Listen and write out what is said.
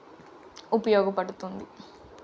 ఉపయోగపడుతుంది